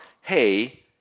hey